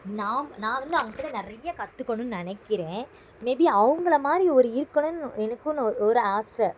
நாம் நான் வந்து அவங்கக்கிட்ட நிறைய கற்றுக்கணுன்னு நினைக்கிறேன் மேபி அவங்களமாரி ஒரு இருக்கணும்னு எனக்குன்னு ஒரு ஒரு ஆசை